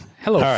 Hello